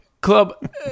Club